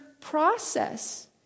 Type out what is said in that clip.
process